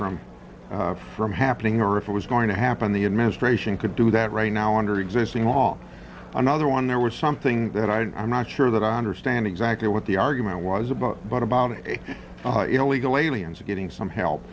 from from happening or if it was going to happen the administration could do that right now under existing law another one there was something that i'm not sure that i understand exactly what the argument was about but about illegal aliens getting some help